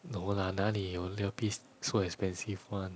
no lah 哪里有 earpiece so expensive one